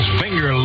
finger